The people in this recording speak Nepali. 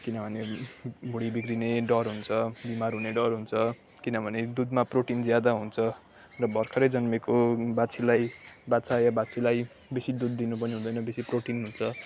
किनभने भुँडी बिग्रिने डर हुन्छ बिमार हुने डर हुन्छ किनभने दुधमा प्रोटिन ज्यादा हुन्छ र भर्खरै जन्मेको बाछीलाई बाछा या बाछीलाई बेसी दुध दिनु पनि हुँदैन बेसी प्रोटिन हुन्छ